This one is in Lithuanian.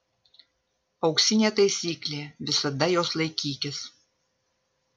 auksinė taisyklė visada jos laikykis